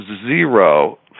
zero